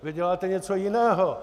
Vy děláte něco jiného.